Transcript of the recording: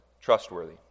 trustworthy